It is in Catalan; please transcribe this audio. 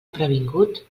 previngut